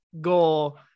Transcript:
goal